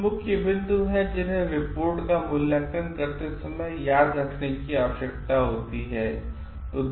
कुछ मुख्य बिंदु हैं जिन्हें रिपोर्ट का मूल्यांकन करते समय याद रखने की आवश्यकता है